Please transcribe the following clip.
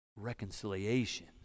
reconciliation